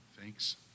thanks